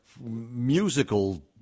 musical